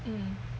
mm